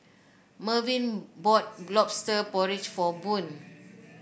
Mervin bought lobster porridge for Boone